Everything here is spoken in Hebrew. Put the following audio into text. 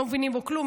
לא מבינים בו כלום,